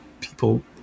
people